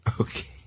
Okay